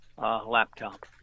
Laptop